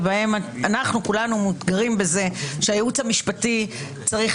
שאנחנו כולנו מאותגרים בזה שהייעוץ המשפטי צריך